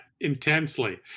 intensely